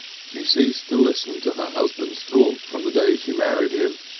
she ceased to listen to her husband's talk from the day she married him,